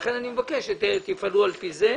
אני מבקש שתפעלו על פי זה.